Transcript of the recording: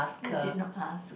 you did not ask